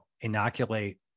inoculate